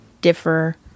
differ